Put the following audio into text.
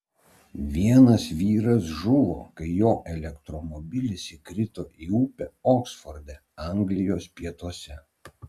vienas vyras žuvo kai jo elektromobilis įkrito į upę oksforde anglijos pietuose